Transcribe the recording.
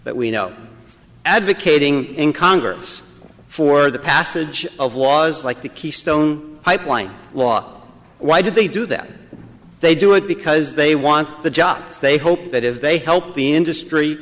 that we know advocating in congress for the passage of was like the keystone pipeline law why did they do that they do it because they want the jots they hope that if they help the industry